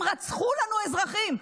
ששם רצחו לנו אזרחים,